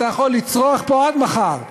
אתה יכול לצרוח פה עד מחר.